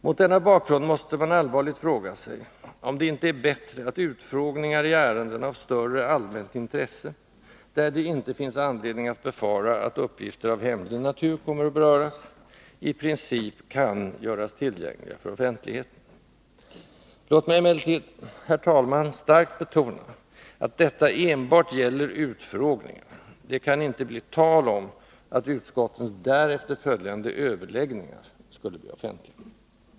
Mot denna bakgrund måste man allvarligt fråga sig, om det inte är bättre att utfrågningar i ärenden av större allmänt intresse, där det inte finns anledning att befara att uppgifter av hemlig natur kommer att beröras, i princip kan göras tillgängliga för offentligheten. Låt mig emellertid, herr talman, starkt betona att detta enbart gäller utfrågningar. Det kan inte bli tal om att utskottens därefter följande överläggningar skulle bli offentliga.